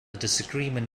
disagreement